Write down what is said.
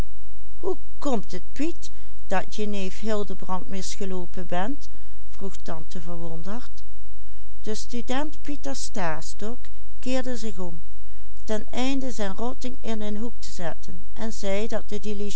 student pieter stastok keerde zich om ten einde zijn rotting in een hoek te zetten en zei dat de